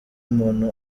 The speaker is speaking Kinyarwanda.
umuntu